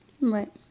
Right